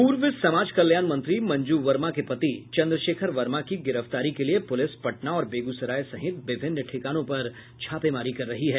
पूर्व समाज कल्याण मंत्री मंजू वर्मा के पति चंद्रशेखर वर्मा की गिरफ्तारी के लिए पुलिस पटना और बेगूसराय सहित विभिन्न ठिकानों पर छापेमारी कर रही है